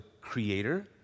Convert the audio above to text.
Creator